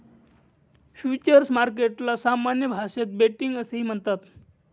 futures मार्केटला सामान्य भाषेत बेटिंग असेही म्हणतात